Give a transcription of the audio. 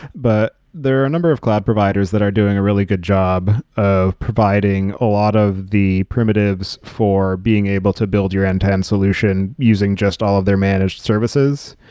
but there are number of cloud providers that are doing a really good job of providing a lot of the primitives for being able to build your end-to-end solution using just all of their managed services.